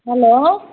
hello